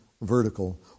vertical